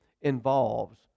involves